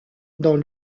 dans